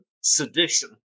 sedition